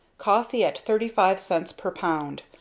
coffee at thirty-five cents per pound,